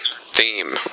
Theme